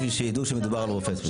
בשביל שיידעו שמדובר על רופא ספציפי.